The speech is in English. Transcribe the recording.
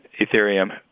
Ethereum